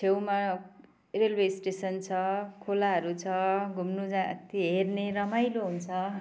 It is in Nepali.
छेउमा रेलवे स्टेसन छ खोलाहरू छ घुम्नु जा हेर्ने रमाइलो हुन्छ